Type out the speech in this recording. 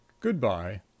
Goodbye